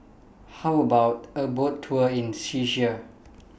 How about A Boat Tour in Czechia